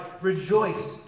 rejoice